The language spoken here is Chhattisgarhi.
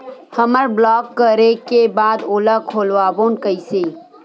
हमर ब्लॉक करे के बाद ओला खोलवाबो कइसे?